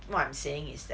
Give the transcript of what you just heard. what I'm saying is that